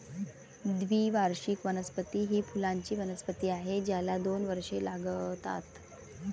द्विवार्षिक वनस्पती ही फुलांची वनस्पती आहे ज्याला दोन वर्षे लागतात